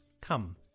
Come